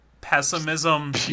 pessimism